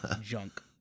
junk